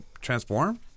transform